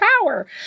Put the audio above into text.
power